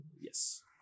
Yes